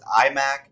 iMac